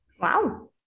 wow